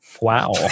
wow